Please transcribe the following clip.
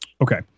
Okay